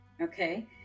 okay